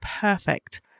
perfect